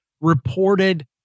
reported